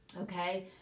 Okay